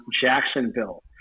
Jacksonville